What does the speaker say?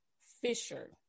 Fisher